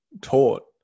taught